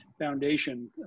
Foundation